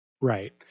Right